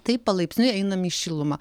taip palaipsniui einam į šilumą